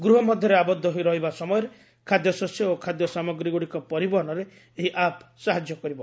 ଗୃହ ମଧ୍ୟରେ ଆବଦ୍ଧ ହୋଇ ରହିବ ସମୟରେ ଖାଦ୍ୟ ଶସ୍ୟ ଓ ଖାଦ୍ୟ ସାମଗ୍ରୀଗୁଡ଼ିକ ପରିବହନରେ ଏହି ଆପ୍ ସହାଯ୍ୟ କରିବ